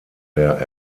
der